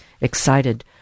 excited